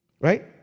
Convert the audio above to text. right